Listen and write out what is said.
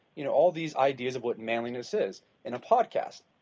you know, all these ideas of what manliness is in a podcast.